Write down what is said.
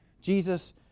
Jesus